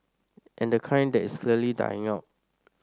and the kind that is clearly dying out